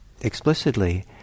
explicitly